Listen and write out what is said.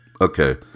Okay